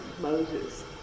Moses